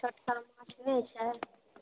छोटका माछ नहि छै